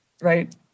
Right